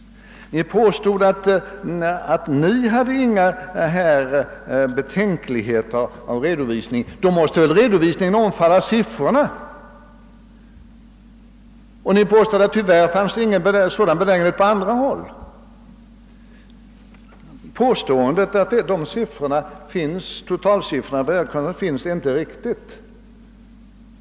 Ni påstod, att Ni inte hade några betänkligheter mot en redovisning. Men då måste väl redovisningen omfatta de totala siffrorna? Ni påstod felaktigt, att någon sådan benägenhet tyvärr inte fanns på andra håll. Påståendet att Edra totalsiffror finns offentliggjorda är inte riktigt.